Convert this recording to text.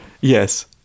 Yes